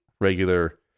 regular